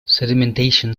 sedimentation